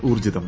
ഊർജ്ജിതം